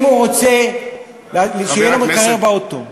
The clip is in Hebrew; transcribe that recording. אם הוא רוצה שיהיה לו מקרר באוטו,